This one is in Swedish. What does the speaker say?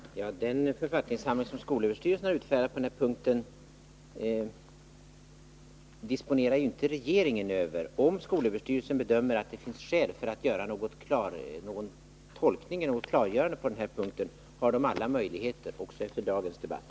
Herr talman! Den författningssamling som skolöverstyrelsen har utfärdat på detta område disponerar inte regeringen över. Om skolöverstyrelsen bedömer att det finns skäl att göra ett klarläggande på denna punkt har man alla möjligheter till det, också efter dagens debatt.